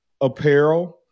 apparel